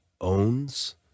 owns